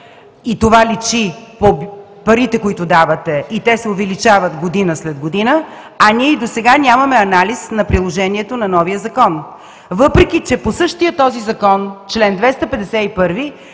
и това личи по парите, които давате, и те се увеличават година след година, а ние и досега нямаме анализ на приложението на новия закон, въпреки че по същия този закон чл. 251